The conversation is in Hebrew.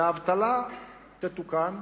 והאבטלה תתוקן.